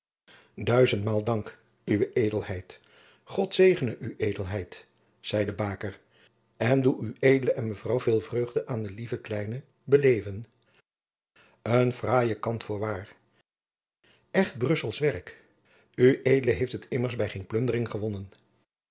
duizendmaal dank uwe edelheid god zegene ued zeide baker en doe ued en mevrouw veel vreugde aan de lieve kleine beleven een fraaie kant voorwaar echt brusselsch werk ued heeft het immers bij geene plundering gewonnen